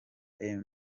emu